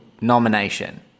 nomination